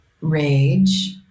rage